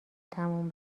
تموم